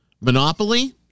Monopoly